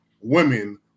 women